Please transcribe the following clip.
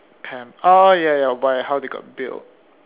pam~ oh ya ya by how they got billed